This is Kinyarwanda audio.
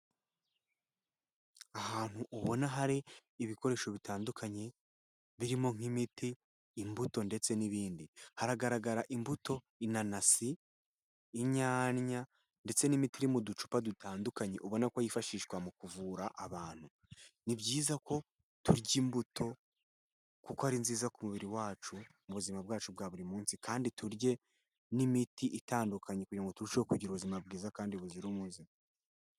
Ahantu ubona hari ibikoresho bitandukanye birimo nk'imiti, imbuto ndetse n'ibindi. Hagaragara imbuto, inanasi, inyanya ndetse n'imiti iririmo ducupa dutandukanye ubona ko yifashishwa mu kuvura abantu. Ni byiza ko turya imbuto kuko ari nziza ku mubiri wacu mu buzima bwacu bwa buri munsi kandi turye n'imiti itandukanye kugira ngo turusheho kugira ubuzima bwiza kandi buzira umuze.